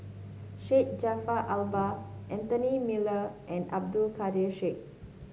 Syed Jaafar Albar Anthony Miller and Abdul Kadir Syed